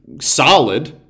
solid